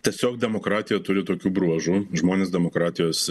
tiesiog demokratija turi tokių bruožų žmonės demokratijose